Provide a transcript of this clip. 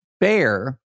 bear